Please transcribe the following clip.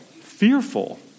fearful